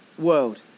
world